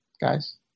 guys